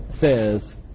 says